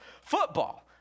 football